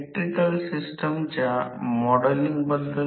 तर त्या प्रकरणात सर्व घटक वाहक आहेत